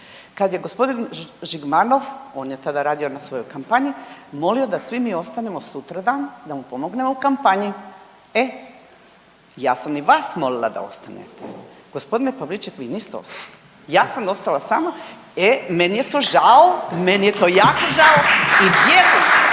kada je gospodin Žigmanov on je tada radio na svojoj kampanji molio da svi mi ostanemo sutradan da mu pomognemo u kampanji. E, ja sam i vas molila da ostanete. Gospodine Pavliček vi niste ostali. Ja sam ostala sama. E, meni je to žao, meni je to jako žao i ...